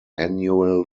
annual